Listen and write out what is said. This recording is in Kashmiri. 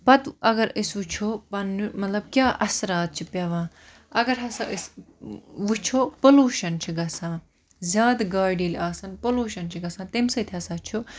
پَتہٕ اَگَر أسۍ وٕچھو پَنُن مَطلَب کیاہ اَثرات چھِ پیٚوان اَگَر ہَسا أسۍ وٕچھو پوٚلوشَن چھُ گَسان زیادٕ گاڈِ ییٚلہِ آسَن پوٚلوشَن چھُ گَژھان تمہِ سۭتۍ ہَسا چھُ